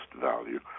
value